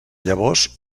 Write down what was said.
llavors